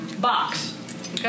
box